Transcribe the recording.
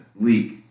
Leak